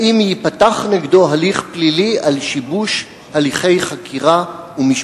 4. האם ייפתח נגדו הליך פלילי על שיבוש הליכי חקירה ומשפט?